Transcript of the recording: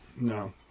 no